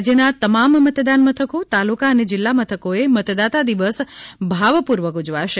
રાજ્યના તમામ મતદાન મથકો તાલુકા અને જિલ્લા મથકોએ મતદાતા દિવસ ભાવપૂર્વક ઉજવાશે